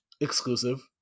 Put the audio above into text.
exclusive